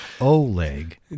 Oleg